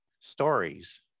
stories